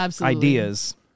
ideas